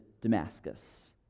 Damascus